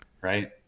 right